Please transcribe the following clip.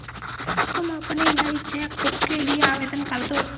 तुम अपनी नई चेक बुक के लिए आवेदन करदो